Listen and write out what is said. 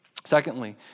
Secondly